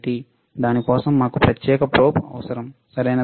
దాని కోసం మాకు ప్రత్యేక ప్రోబ్ అవసరం సరియైనదా